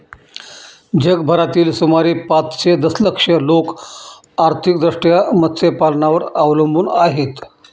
जगभरातील सुमारे पाचशे दशलक्ष लोक आर्थिकदृष्ट्या मत्स्यपालनावर अवलंबून आहेत